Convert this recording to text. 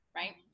right